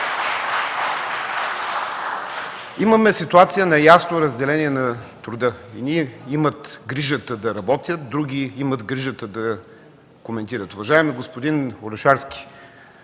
Имаме ситуация на ясно разделение на труда. Едни имат грижата да работят, други имат грижата да коментират. Уважаеми господин Орешарски,